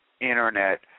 internet